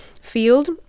field